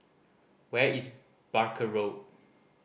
where is Barker Road